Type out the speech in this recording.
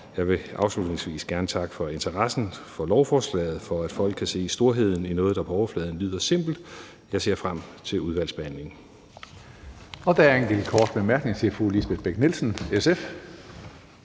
Jeg vil afslutningsvis gerne takke for interessen for lovforslaget og for, at folk kan se storheden i noget, der på overfladen lyder simpelt. Jeg ser frem til udvalgsbehandlingen. Kl. 13:50 Tredje næstformand (Karsten Hønge): Der er en kort bemærkning til fru Lisbeth Bech-Nielsen, SF.